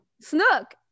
snook